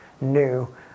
new